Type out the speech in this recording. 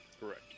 Correct